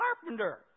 carpenter